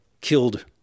killed